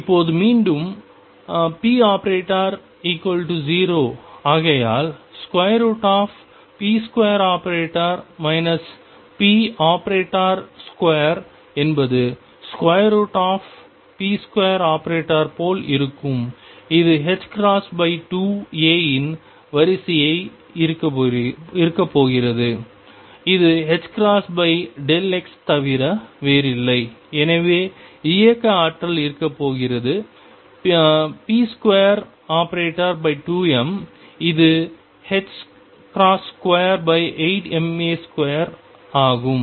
இப்போது மீண்டும் ⟨p⟩0ஆகையால் ⟨p2⟩ ⟨p⟩2 என்பது ⟨p2⟩ போல் இருக்கும் இது 2 a இன் வரிசையாக இருக்கப் போகிறது இது x ஐத் தவிர வேறில்லை எனவே இயக்க ஆற்றல் இருக்கப் போகிறது ⟨p2⟩2m இது 28ma2ஆகும்